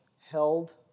held